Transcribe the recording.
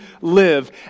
live